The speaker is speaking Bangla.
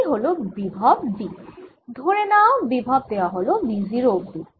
এই হল বিভব V ধরে নাও বিভব দেওয়া হল V0 অবধি